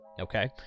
okay